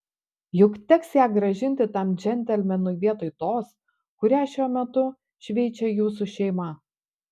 juk teks ją grąžinti tam džentelmenui vietoj tos kurią šiuo metu šveičia jūsų šeima